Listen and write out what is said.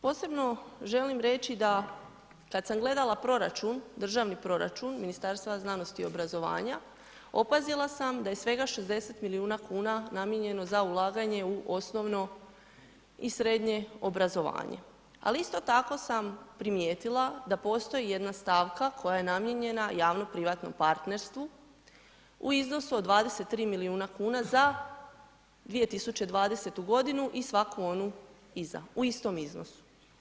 Posebno želim reći da kada sam gledala državni proračun Ministarstva znanosti i obrazovanja, opazila sam da je svega 60 milijuna kuna namijenjeno za ulaganje u osnovno i srednje obrazovanje, ali isto tako sam primijetila da postoji jedna stavka koja je namijenjena javnoprivatnom partnerstvu u iznosu od 23 milijuna kuna za 2020. godinu i svaku onu iza u istom iznosu.